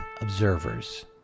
observers